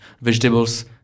vegetables